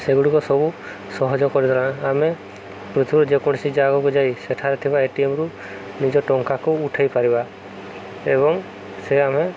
ସେଗୁଡ଼ିକ ସବୁ ସହଜ କରିଦେଲା ଆମେ ପୃଥିବୀରୁ ଯେକୌଣସି ଜାଗାକୁ ଯାଇ ସେଠାରେ ଥିବା ଏଟିଏମରୁ ନିଜ ଟଙ୍କାକୁ ଉଠେଇ ପାରିବା ଏବଂ ସେ ଆମେ